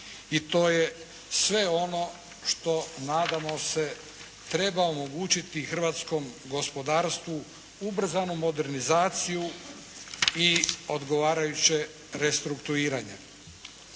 i to je sve ono što nadamo se treba omogućiti hrvatskom gospodarstvu ubrzanu modernizaciju i odgovarajuće restrukturiranje.